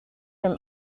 from